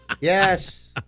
Yes